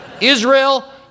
Israel